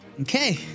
Okay